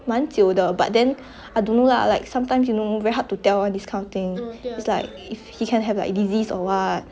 蛮久的 but then I don't know lah like sometimes you know very hard to tell [one] this kind of thing it's like if he can have like disease or what